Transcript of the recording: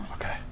Okay